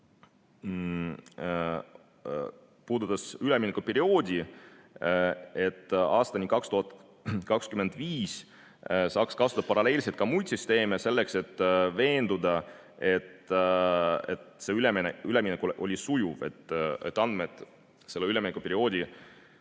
puudutas üleminekuperioodi, et aastani 2025 saaks kasutada paralleelselt ka muid süsteeme, selleks et veenduda, et see üleminek oli sujuv ja et andmed üleminekuperioodi